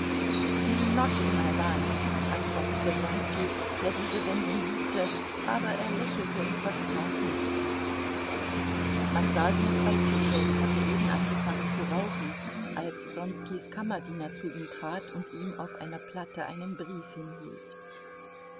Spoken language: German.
not in my line antwortete wronski der diese wendung liebte aber er lächelte und versprach hinzukommen man saß noch bei tische und hatte eben angefangen zu rauchen als wronskis kammerdiener zu ihm trat und ihm auf einer platte einen brief hinhielt